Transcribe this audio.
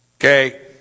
Okay